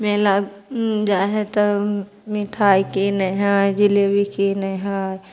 मेला जाइ हइ तऽ मिठाइ किनै हइ जिलेबी किनै हइ